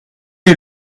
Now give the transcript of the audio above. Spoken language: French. est